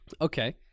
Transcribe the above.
Okay